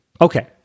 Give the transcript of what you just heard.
Okay